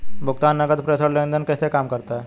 भुगतान नकद प्रेषण लेनदेन कैसे काम करता है?